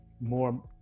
more